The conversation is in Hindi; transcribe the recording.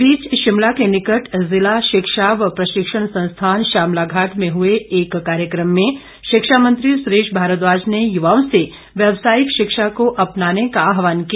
इस बीच शिमला के निकट जिला शिक्षा व प्रशिक्षण संस्थान शामलाघाट में हुए एक कार्यक्रम में शिक्षा मंत्री सुरेश भारद्वाज ने युवाओं से व्यवसायिक शिक्षा को अपनाने का आहवान किया